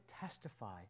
testify